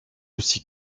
aussi